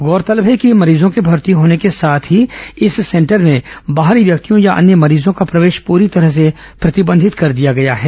गौरतलब है कि मरीजों के भर्ती होने को साथ ही इस सेंटर में बाहरी व्यक्तियों या अन्य मरीजों का प्रवेश पुरी तरह प्रतिबंधित कर दिया गया है